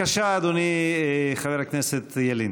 בבקשה, אדוני, חבר הכנסת ילין.